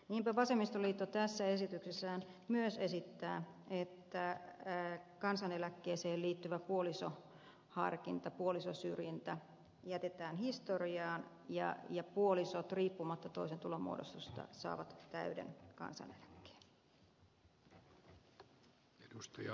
niinpä vasemmistoliitto tässä esityksessään myös esittää että kansaneläkkeeseen liittyvä puolisoharkinta puolisosyrjintä jätetään historiaan ja puolisot riippumatta toisen tulon muodostuksesta saavat täyden kansaneläkkeen